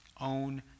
own